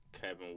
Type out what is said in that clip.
Kevin